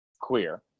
queer